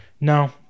No